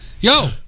Yo